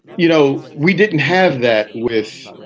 you know, we didn't have that with,